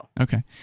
Okay